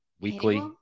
weekly